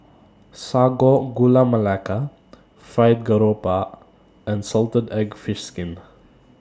Sago Gula Melaka Fried Garoupa and Salted Egg Fried Fish Skin